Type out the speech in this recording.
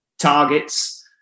targets